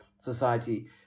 society